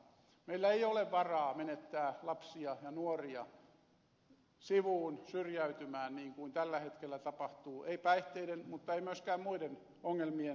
meillä ei ole varaa menettää lapsia ja nuoria sivuun syrjäytymään niin kuin tällä hetkellä tapahtuu ei päihteiden mutta ei myöskään muiden ongelmien takia